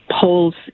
polls